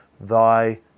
thy